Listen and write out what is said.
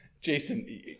jason